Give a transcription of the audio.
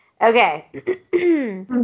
Okay